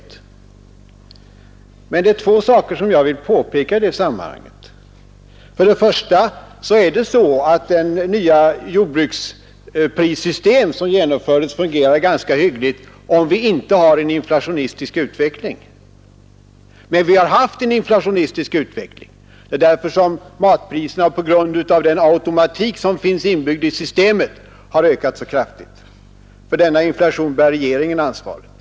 Det är emellertid två saker som jag vill påpeka i sammanhanget. För det första fungerar det nya jordbruksprissystemet ganska hyggligt om vi inte har en inflationistisk utveckling; men vi har haft inflation och därför har matpriserna — på grund av den automatik som finns inbyggd i systemet — ökat mycket kraftigt. För denna inflation bär regeringen ansvaret.